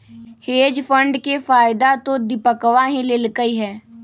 hedge fund के फायदा तो दीपकवा ही लेल कई है